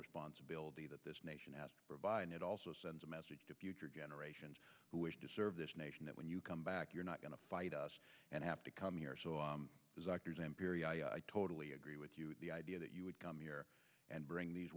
responsibility that this nation has provided it also sends a message to future generations who wish to serve this nation that when you come back you're not going to fight us and have to come here so i totally agree with you the idea that you would come here and bring these